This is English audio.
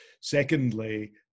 Secondly